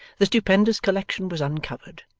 the stupendous collection was uncovered,